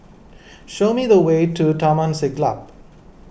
show me the way to Taman Siglap